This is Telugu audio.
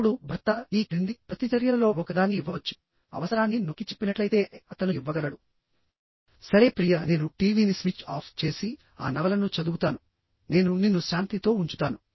ఇప్పుడు భర్త ఈ క్రింది ప్రతిచర్యలలో ఒకదాన్ని ఇవ్వవచ్చు అవసరాన్ని నొక్కిచెప్పినట్లయితే అతను ఇవ్వగలడు సరే ప్రియ నేను టీవీని స్విచ్ ఆఫ్ చేసి ఆ నవలను చదువుతాను నేను నిన్ను శాంతితో ఉంచుతాను